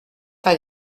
pas